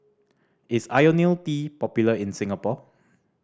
is Ionil T popular in Singapore